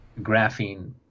graphene